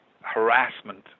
harassment